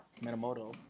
Minamoto